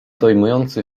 dojmujący